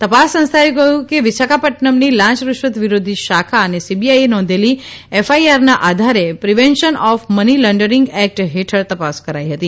તપાસ સંસ્થાએ કહ્યું કે વિશાખાપદનમની લાંચરૂશ્વત વિરોધી શાખા અને સીબીઆઇએ નોંધેલી એફઆઇઆરના આધારે prevention of money laundering act હેઠળ તપાસ કરાઇ હતી